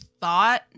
thought